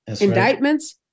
indictments